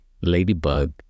ladybug